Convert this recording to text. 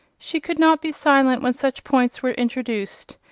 she could not be silent when such points were introduced,